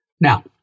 Now